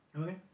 Okay